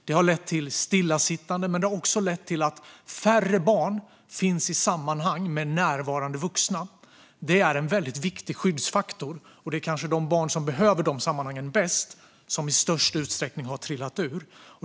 Det har lett till stillasittande, men det har också lett till att färre barn finns i sammanhang med närvarande vuxna. Det är en väldigt viktig skyddsfaktor, och det är kanske de barn som behöver dessa sammanhang bäst som i störst utsträckning har trillat ur.